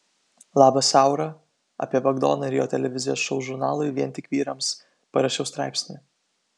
labas aura apie bagdoną ir jo televizijos šou žurnalui vien tik vyrams parašiau straipsnį